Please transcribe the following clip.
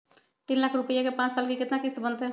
तीन लाख रुपया के पाँच साल के केतना किस्त बनतै?